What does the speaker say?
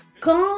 quand